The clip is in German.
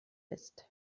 ist